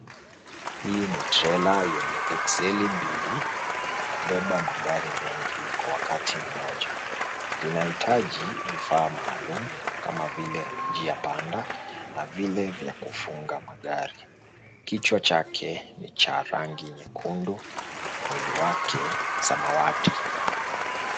Hii ni trela yenye ekseli mbili na ni ya kubeba magari mengi kwa wakati mmoja. Linahitaji vifaa maalum kama vile njia panda na vile vya kufunga magari. Kichwa chake ni cha rangi nyekundu na mwili wake samawati.